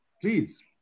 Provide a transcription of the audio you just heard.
Please